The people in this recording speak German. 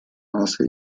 maße